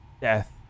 death